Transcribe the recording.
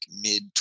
mid